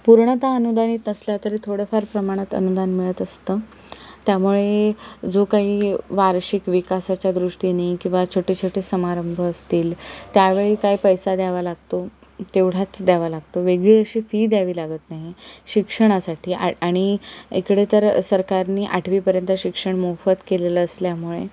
पूर्णतः अनुदानित असल्या तरी थोडंफार प्रमाणात अनुदान मिळत असतं त्यामुळे जो काही वार्षिक विकासाच्या दृष्टीने किंवा छोटे छोटे समारंभ असतील त्यावेळी काय पैसा द्यावा लागतो तेवढाच द्यावा लागतो वेगळी अशी फी द्यावी लागत नाही शिक्षणासाठी आ आणि इकडे तर सरकारने आठवीपर्यंत शिक्षण मोफत केलेलं असल्यामुळे